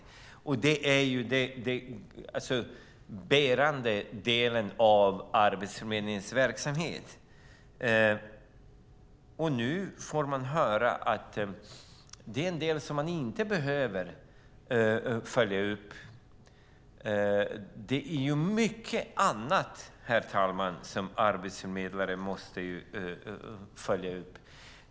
Det är ju den bärande delen av Arbetsförmedlingens verksamhet. Nu får man höra att det är en del som man inte behöver följa upp. Det är ju mycket annat, herr talman, som arbetsförmedlare måste följa upp.